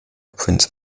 prince